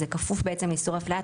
זה כפוף בעצם לאיסור הפליה,